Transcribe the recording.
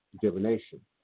divination